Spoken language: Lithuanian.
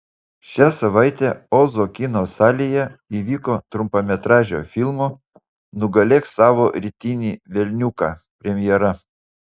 šią savaitę ozo kino salėje įvyko trumpametražio filmo nugalėk savo rytinį velniuką premjera